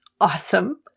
awesome